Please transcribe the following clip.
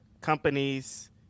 companies